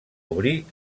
obrir